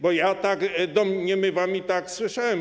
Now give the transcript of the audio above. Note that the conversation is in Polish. Bo ja tak domniemywam i tak słyszałem.